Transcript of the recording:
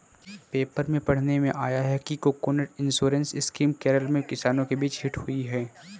paper में पढ़ने आया कि कोकोनट इंश्योरेंस स्कीम केरल में किसानों के बीच हिट हुई है